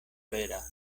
vera